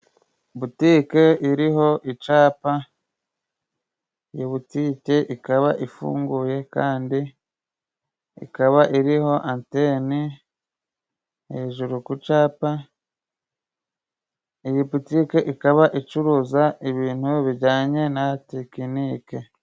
Butike iriho icapa , iyi butike ikaba ifunguye kandi ikaba iriho antene hejuru ku capa , iyi butike ikaba icuruza ibintu bijyanye na tekinike.